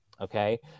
Okay